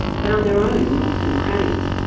found their own nooks and crannies.